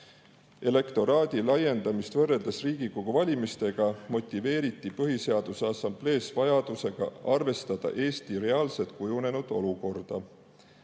Elektoraadi laiendamist võrreldes Riigikogu valimistega motiveeriti Põhiseaduse Assamblees vajadusega arvestada Eestis reaalselt kujunenud olukorda.